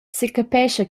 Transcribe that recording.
secapescha